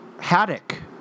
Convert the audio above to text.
Haddock